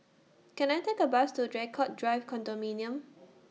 Can I Take A Bus to Draycott Drive Car Drive Condominium